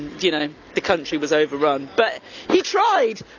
you know the country was overrun but he tried.